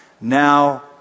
Now